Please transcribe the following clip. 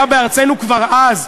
היה בארצנו כבר אז,